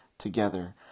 together